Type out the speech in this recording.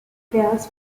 pairs